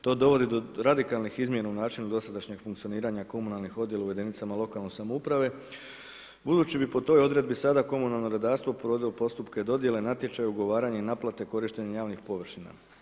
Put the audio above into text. To dovodi do radikalnih izmjena u načinu dosadašnjeg funkcioniranja komunalnih odjela u jedinicama lokalne samouprave, budući bi po toj odredbi sada komunalno redarstvo provodilo postupke dodjele natječaja ugovaranja i naplate korištenje javnih površina.